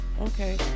Okay